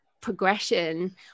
progression